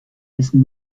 wissen